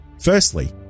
Firstly